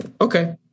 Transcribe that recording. okay